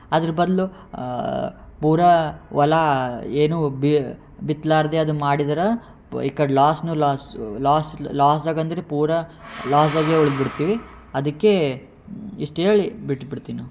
ಅದ್ರ ಬದಲು ಪೂರಾ ಹೊಲ ಏನೂ ಬಿತ್ತಲಾರ್ದೆ ಅದು ಮಾಡಿದ್ರೆ ಈ ಕಡೆ ಲಾಸೂ ಲಾಸು ಲಾಸ್ ಲಾಸ್ದಾಗ ಅಂದರೆ ಪೂರಾ ಲಾಸ್ ಆಗೇ ಉಳ್ದುಬಿಡ್ತಿವಿ ಅದಕ್ಕೇ ಇಷ್ಟು ಹೇಳಿ ಬಿಟ್ಬಿಡ್ತೀವಿ ನಾವು